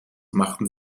machten